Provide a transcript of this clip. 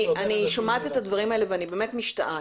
אני שומעת את הדברים האלה ואני באמת משתאה.